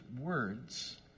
words